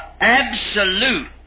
Absolute